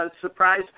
surprise